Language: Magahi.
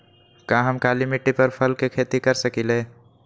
का हम काली मिट्टी पर फल के खेती कर सकिले?